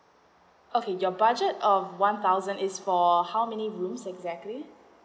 okay your budget of one thousand is for how many rooms exactly